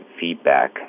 feedback